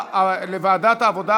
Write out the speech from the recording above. לוועדת העבודה,